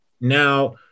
Now